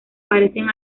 parecen